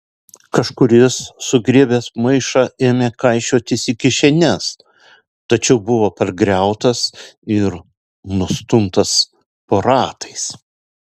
kažkuris sugriebęs maišą ėmė kaišiotis į kišenes tačiau buvo pargriautas ir nustumtas po ratais